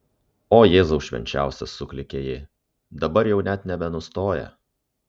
o jėzau švenčiausias suklykė ji dabar jau net nebenustoja